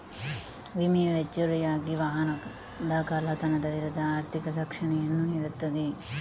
ವಿಮೆಯು ಹೆಚ್ಚುವರಿಯಾಗಿ ವಾಹನದ ಕಳ್ಳತನದ ವಿರುದ್ಧ ಆರ್ಥಿಕ ರಕ್ಷಣೆಯನ್ನು ನೀಡುತ್ತದೆ